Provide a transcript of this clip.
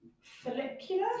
Follicular